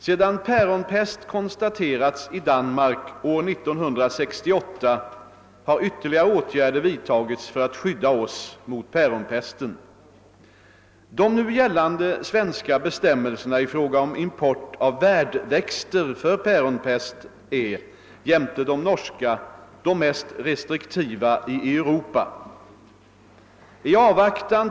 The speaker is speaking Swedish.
Sedan päronpest konstaterats i Danmark år 1968 har ytterligare åtgärder vidtagits för att skydda oss mot päronpest. De nu gällande svenska bestämmelserna i fråga om import av värdväxter för päronpest är, jämte de norska, de mest restriktiva i Europa.